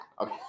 Okay